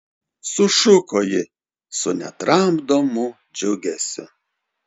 sušuko ji su netramdomu džiugesiu